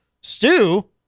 Stew